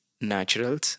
naturals